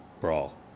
Brawl